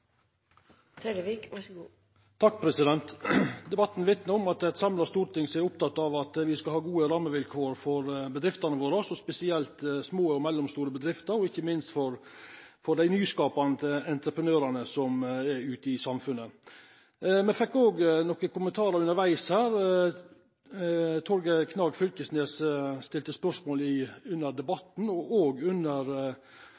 norsk side. Så dette må vi rett og slett komme tilbake til. Replikkordskiftet er omme. De talere som heretter får ordet, har en taletid på inntil 3 minutter. Debatten vitnar om at det er eit samla storting som er oppteke av at me skal ha gode rammevilkår for bedriftene våre, spesielt for små og mellomstore bedrifter og ikkje minst for dei nyskapande entreprenørane som er ute i samfunnet. Me fekk